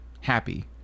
happy